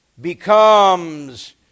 becomes